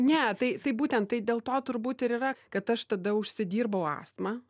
ne tai tai būtent tai dėl to turbūt ir yra kad aš tada užsidirbau astmą